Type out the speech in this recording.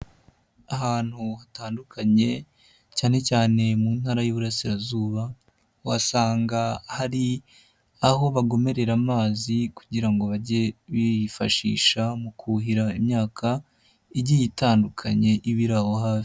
Ahantu hatandukanye, cyane cyane mu Ntara y'Iburasirazuba, uhasanga hari aho bagomerera amazi kugira ngo bajye bifashisha mu kuhira imyaka, igiye itandukanye, iba iri aho hafi.